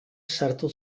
sartu